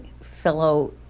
fellow